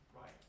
right